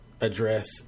address